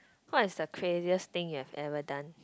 what's the craziest thing you have ever done